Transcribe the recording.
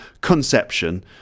conception